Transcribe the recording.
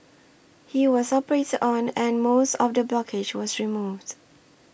he was operated on and most of the blockage was removed